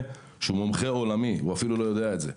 שהוא מומחה עולמי והוא אפילו לא יודע את זה.